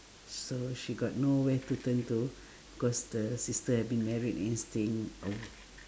so she got nowhere to turn to because the sister have been married and staying away